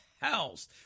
house